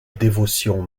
dévotion